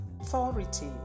authority